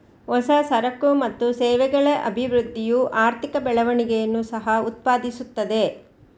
ಹೊಸ ಸರಕು ಮತ್ತು ಸೇವೆಗಳ ಅಭಿವೃದ್ಧಿಯು ಆರ್ಥಿಕ ಬೆಳವಣಿಗೆಯನ್ನು ಸಹ ಉತ್ಪಾದಿಸುತ್ತದೆ